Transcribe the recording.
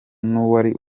n’uwari